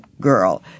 girl